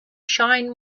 shine